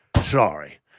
Sorry